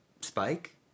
Spike